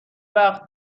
وقت